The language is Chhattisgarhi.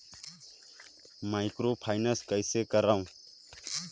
माइक्रोफाइनेंस कइसे करव?